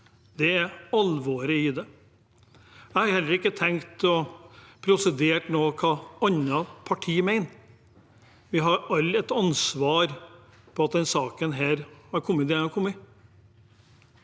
Det er alvoret i det. Jeg har ikke tenkt å prosedere på hva andre partier mener. Vi har alle et ansvar for at denne saken har kommet dit den har kommet.